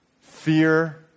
fear